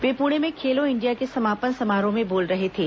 वे पुणे में खेलो इंडिया के समापन समारोह में बोल रहे थे